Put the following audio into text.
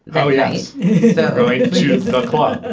oh yes. going to the club.